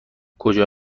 کجا